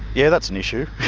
yeah, that's an issue,